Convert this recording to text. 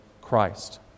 Christ